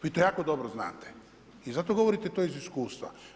Vi to jako dobro znate i zato govorite to iz iskustva.